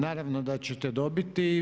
Naravno da ćete dobiti.